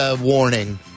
warning